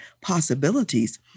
possibilities